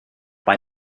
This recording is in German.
bei